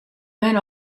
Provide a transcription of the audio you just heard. went